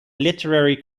literary